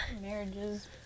marriages